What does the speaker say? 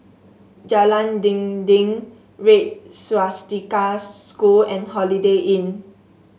Jalan Dinding Red Swastika School and Holiday Inn